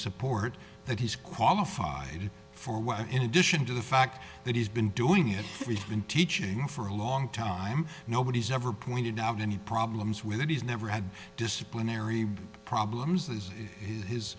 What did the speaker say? support that he's qualified for what in addition to the fact that he's been doing it he's been teaching for a long time nobody's ever pointed out any problems with it he's never had disciplinary problems as his